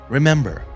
Remember